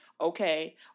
Okay